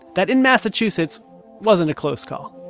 that in massachusetts wasn't a close call.